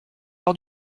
par